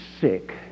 sick